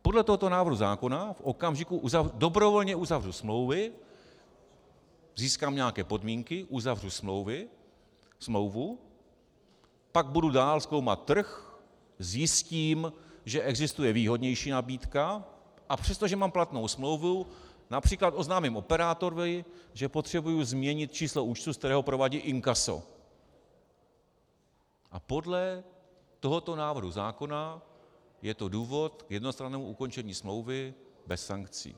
Podle tohoto návrhu zákona dobrovolně uzavřu smlouvu, získám nějaké podmínky, uzavřu smlouvu, pak budu dál zkoumat trh, zjistím, že existuje výhodnější nabídka, a přestože mám platnou smlouvu, například oznámím operátorovi, že potřebuji změnit číslo účtu, ze kterého provádí inkaso, a podle tohoto návrhu zákona je to důvod k jednostrannému ukončení smlouvy bez sankcí.